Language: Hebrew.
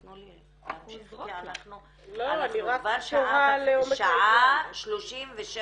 תנו לי להמשיך כי אנחנו כבר שעה ו-37